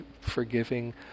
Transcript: forgiving